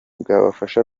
bwabafasha